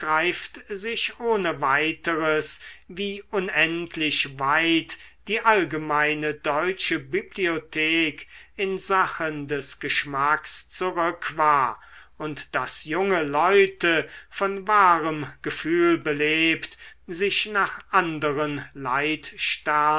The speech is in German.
sich ohne weiteres wie unendlich weit die allgemeine deutsche bibliothek in sachen des geschmacks zurück war und daß junge leute von wahrem gefühl belebt sich nach anderen